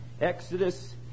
Exodus